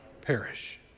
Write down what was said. perish